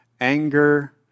anger